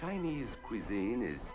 chinese cuisine is